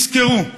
תזכרו,